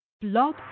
Blog